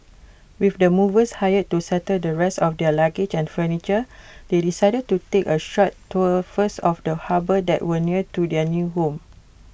with the movers hired to settle the rest of their luggage and furniture they decided to take A short tour first of the harbour that was near to their new home